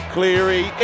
Cleary